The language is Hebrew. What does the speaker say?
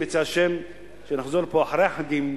אם ירצה השם, כשנחזור לפה אחרי החגים,